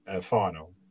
final